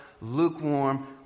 lukewarm